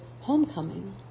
homecoming